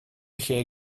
lle